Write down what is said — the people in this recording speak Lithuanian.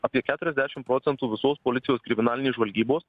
apie keturiasdešim procentų visos sulčių kriminalinės žvalgybos